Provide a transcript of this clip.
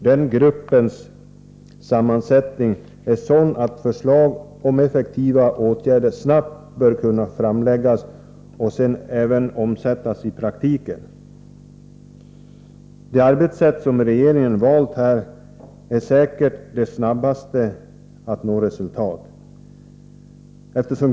Den gruppens sammansättning är sådan att förslag om effektiva åtgärder snabbt bör kunna framläggas och sedan även omsättas i praktiken. Det arbetssätt som regeringen har valt är säkert det snabbaste för att nå resultat.